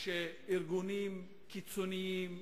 שארגונים קיצוניים,